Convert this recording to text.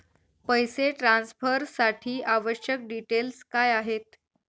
पैसे ट्रान्सफरसाठी आवश्यक डिटेल्स काय आहेत?